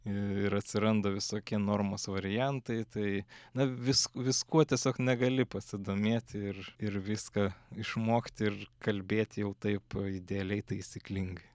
ir atsiranda visokie normos variantai tai na vis viskuo tiesiog negali pasidomėti ir ir viską išmokti ir kalbėti jau taip idealiai taisyklingai